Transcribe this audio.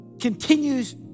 continues